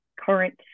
current